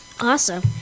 Awesome